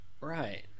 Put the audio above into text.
right